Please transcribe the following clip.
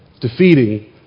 defeating